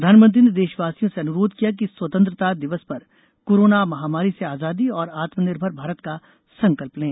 प्रधामनंत्री ने देशवासियों से अनुरोध किया कि इस स्वतंत्रता दिवस पर कोरोना महामारी से आजादी और आत्मनिर्भर भारत का संकल्प लें